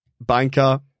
Banker